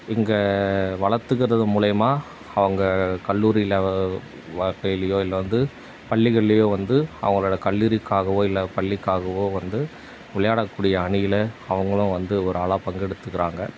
இங்கே வளர்த்துக்கறது மூலிமா அவங்க கல்லூரியில் வாழ்க்கையிலையோ இல்லை வந்து பள்ளிகள்லேயோ வந்து அவங்களோட கல்லூரிக்காகவோ இல்லை பள்ளிக்காகவோ வந்து விளையாடக்கூடிய அணியில் அவங்களும் வந்து ஒரு ஆளாக பங்கெடுத்துக்கிறாங்க